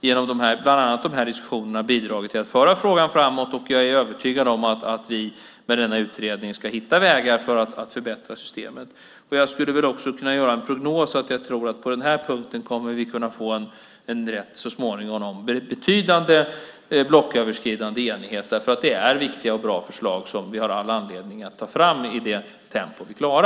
genom bland annat de här diskussionerna har bidragit till att föra frågan framåt. Jag är övertygad om att vi med denna utredning ska hitta vägar för att förbättra systemet. Jag skulle väl också kunna göra prognosen att jag tror att vi på denna punkt så småningom kommer att kunna få en rätt betydande blocköverskridande enighet, för det är viktiga och bra förslag, som vi har all anledning att ta fram i det tempo vi klarar.